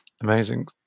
amazing